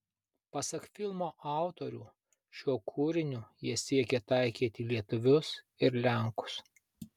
pasak filmo autorių šiuo kūriniu jie siekė taikyti lietuvius ir lenkus